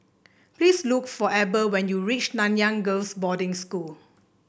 please look for Eber when you reach Nanyang Girls' Boarding School